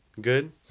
good